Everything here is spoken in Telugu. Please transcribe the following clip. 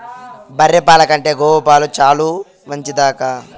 బర్రె పాల కంటే గోవు పాలు చాలా మంచిదక్కా